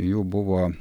jų buvo